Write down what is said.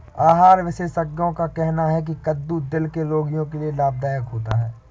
आहार विशेषज्ञों का कहना है की कद्दू दिल के रोगियों के लिए लाभदायक होता है